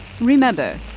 Remember